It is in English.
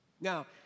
Now